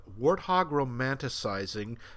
warthog-romanticizing